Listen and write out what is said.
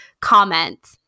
comment